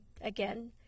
again